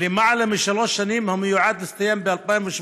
למעלה משלוש שנים, ומיועדת להסתיים ב-2018,